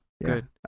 good